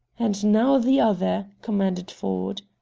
and now the other, commanded ford.